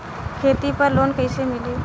खेती पर लोन कईसे मिली?